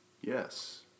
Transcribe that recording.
Yes